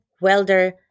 welder